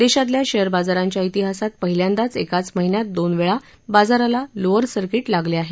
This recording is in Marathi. देशातल्या शेअर बाजारांच्या इतिहासात पहिल्यांदाच एकाच महिन्यात दोन वेळा बाजाराला लोअर सर्किट लागले आहेत